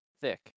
thick